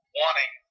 wanting